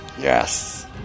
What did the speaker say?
Yes